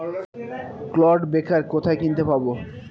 Clod breaker কোথায় কিনতে পাব?